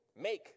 make